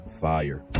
fire